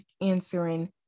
answering